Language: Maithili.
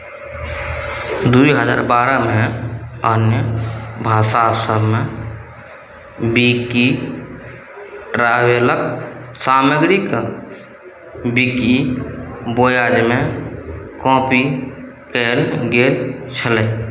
दू हजार बारहमे अन्य भाषा सभमे विकी ट्रावेलक सामग्रीके बिकि बोयाजमे कॉपी कयल गेल छलै